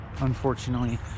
unfortunately